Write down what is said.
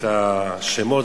את השמות,